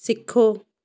ਸਿੱਖੋ